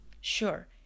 Sure